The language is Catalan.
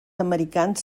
americans